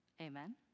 Amen